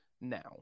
now